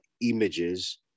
images